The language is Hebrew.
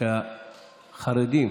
שהחרדים